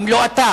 אם לא אתה?